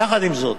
יחד עם זאת,